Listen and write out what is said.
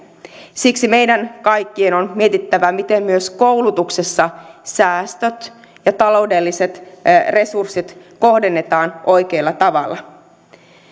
siksi meidän kaikkien on mietittävä miten myös koulutuksessa säästöt ja taloudelliset resurssit kohdennetaan oikealla tavalla